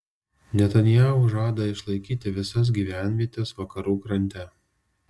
netanyahu žada išlaikyti visas gyvenvietes vakarų krante